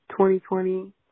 2020